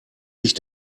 sich